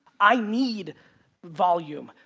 i need volume.